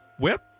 Whip